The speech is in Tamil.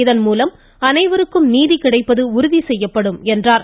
இதன்மூலம் அனைவருக்கும் நீதி கிடைப்பது உறுதிசெய்யப்படும் என்றார்